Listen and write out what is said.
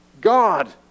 God